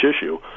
issue